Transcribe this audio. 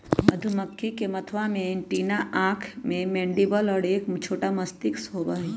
मधुमक्खी के मथवा में एंटीना आंख मैंडीबल और एक छोटा मस्तिष्क होबा हई